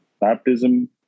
baptism